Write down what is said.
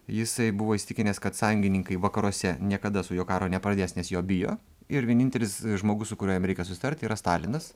jisai buvo įsitikinęs kad sąjungininkai vakaruose niekada su juo karo nepradės nes jo bijo ir vienintelis žmogus su kuriuo jam reikia susitart yra stalinas